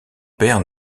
père